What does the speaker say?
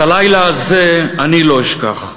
את הלילה הזה אני לא אשכח.